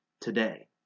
today